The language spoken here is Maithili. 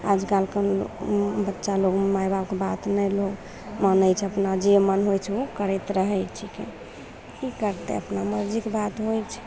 आजकलके लोग बच्चा लोग माय बापके बात नहि लोग मानय छै अपना जे मोन होइ छै ओ करैत रहय छीकै की करतइ अपना मर्जीके बात होइ छै